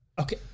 Okay